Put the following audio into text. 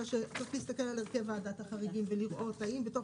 כי צריך להסתכל על הרכב ועדת החריגים ולראות האם בתוך